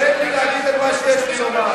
תן לי להגיד את מה שיש לי לומר.